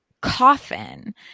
coffin